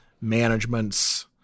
managements